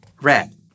Red